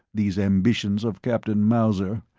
these ambitions of captain mauser.